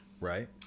right